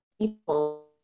people